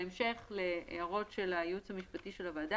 בהמשך להערות של הייעוץ המשפטי של הוועדה,